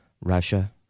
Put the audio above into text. Russia